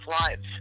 lives